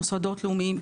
מוסדות לאומיים,